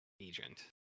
agent